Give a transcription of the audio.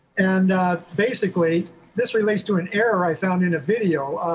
and basically this relates to an error i found in a video.